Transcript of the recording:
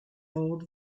old